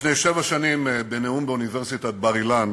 לפני שבע שנים, בנאום באוניברסיטת בר-אילן,